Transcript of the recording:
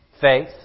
faith